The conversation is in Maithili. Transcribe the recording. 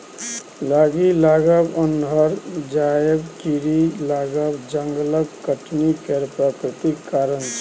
आगि लागब, अन्हर आएब, कीरी लागब जंगलक कटनी केर प्राकृतिक कारण छै